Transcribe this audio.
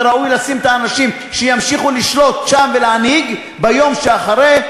וראוי לשים את האנשים שימשיכו לשלוט שם ולהנהיג ביום שאחרי,